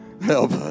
help